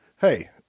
Hey